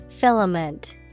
Filament